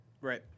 right